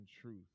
truth